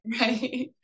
Right